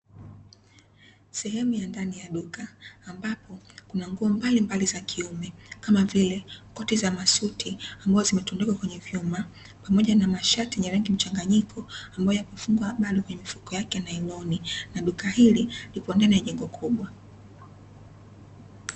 Sehemu ya ndani ya duka, ambapo kuna nguo mbalimbali za kiume, kama vile; koti za masuti ambazo zimetundikwa kwenye vyuma, pamoja na mashati yenye rangi mchanganyiko, ambayo yamefungwa bado kwenye mifuko yake ya nailoni na duka hili lipo ndani ya jengo kubwa.